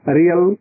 real